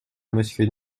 monsieur